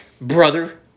brother